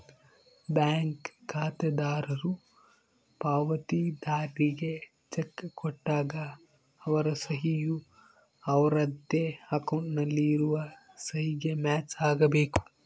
bank ಖಾತೆದಾರರು ಪಾವತಿದಾರ್ರಿಗೆ cheque ಕೊಟ್ಟಾಗ ಅವರ ಸಹಿ ಯು ಅವರದ್ದೇ ಅಕೌಂಟ್ ನಲ್ಲಿ ಇರುವ ಸಹಿಗೆ ಮ್ಯಾಚ್ ಆಗಬೇಕು